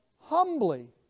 humbly